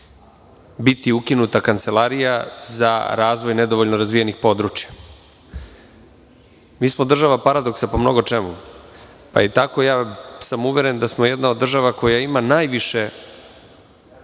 biti ukinuta Kancelarija za razvoj nedovoljno razvijenih područja. Mi smo država paradoksa po mnogo čemu, pa sam tako uveren da smo jedna od država koja ima najviše